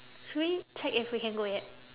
should we check if we can go yet